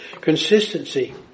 Consistency